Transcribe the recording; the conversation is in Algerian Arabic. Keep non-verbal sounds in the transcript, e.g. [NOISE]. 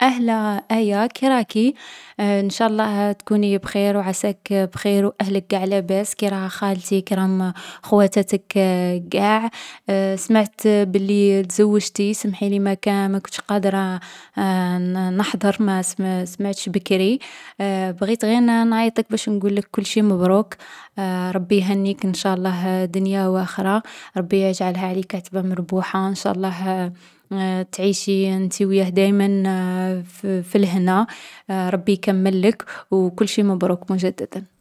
أهلا آية، كيراكي؟ ان شاء الله تكوني بخير و عساك بخير و أهلك قاع لاباس. كيراها خالتي؟ كيراهم خواتاتك قاع؟ [HESITATION] سمعت بلي تزوجتي، سمحيلي ماكان ما كنتش قادرة [HESITATION] نـ نحضر، ما سـ ما سمعتش بكري. بغيت غي نـ نعيطلك باش نقولك كلشي مبروك. ربي يهنيك ان شاء الله، دنيا و آخرة. ربي يجعلها عليك عتبة مربوحة. ان شاء الله [HESITATION] تعيشي انت و ياه دايما [HESITATION] في في الهنا. [HESITATION] ربي يكمل لك و كلشي مبروك مجددا.